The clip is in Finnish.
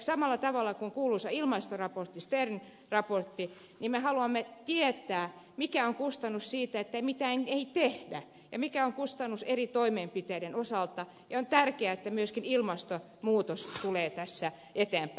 samalla tavalla kuin kuuluisassa stern ilmastoraportissa me haluamme tietää mikä on kustannus siitä että mitään ei tehdä ja mikä on kustannus eri toimenpiteiden osalta ja on tärkeää että myöskin ilmastonmuutos tulee tässä eteenpäin